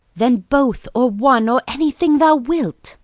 then both, or one, or anything thou wilt.